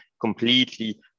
completely